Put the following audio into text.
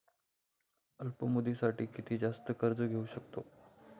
अल्प मुदतीसाठी किती जास्त कर्ज घेऊ शकतो?